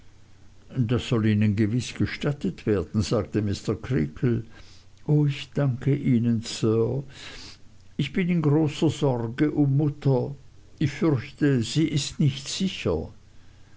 das soll ihnen gewiß gestattet werden sagte mr creakle o ich danke ihnen sir ich bin in großer sorge um mutter ich fürchte sie ist nicht sicher